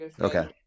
Okay